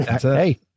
Hey